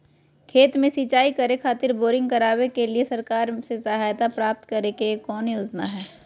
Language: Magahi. खेत में सिंचाई करे खातिर बोरिंग करावे के लिए सरकार से सहायता प्राप्त करें के कौन योजना हय?